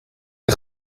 een